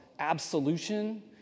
absolution